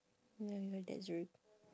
ya ya that's very